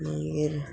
मागीर